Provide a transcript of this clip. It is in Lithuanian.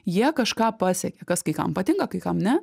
jie kažką pasiekė kas kai kam patinka kai kam ne